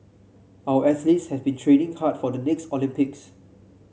our athletes have been training hard for the next Olympics